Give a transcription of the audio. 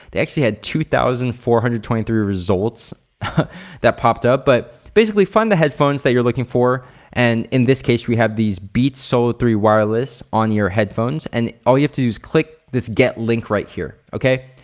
they actually had two thousand four hundred and twenty three results that popped up but basically find the headphones that you're looking for and in this case we have these beats solo three wireless on ear headphones and all you have to do is click this get link right here, okay?